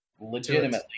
Legitimately